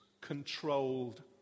controlled